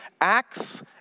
Acts